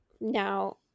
now